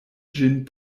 ĝin